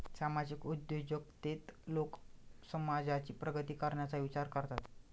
सामाजिक उद्योजकतेत लोक समाजाची प्रगती करण्याचा विचार करतात